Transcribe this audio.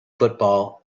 football